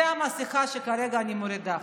זו המסכה שכרגע אני מורידה פה.